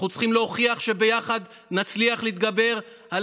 אנחנו צריכים להוכיח שביחד נצליח להתגבר על